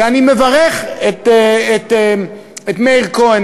ואני מברך את מאיר כהן,